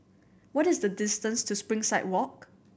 what is the distance to Springside Walk